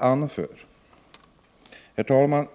Herr talman!